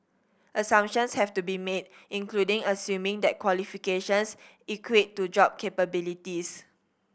assumptions have to be made including assuming that qualifications equate to job capabilities